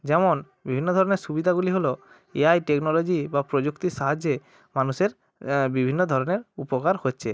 যেমন বিভিন্ন ধরনের সুবিধাগুলি হলো এআই টেকনোলজি বা প্রযুক্তির সাহায্যে মানুষের বিভিন্ন ধরনের উপকার হচ্ছে